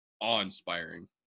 awe-inspiring